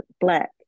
Black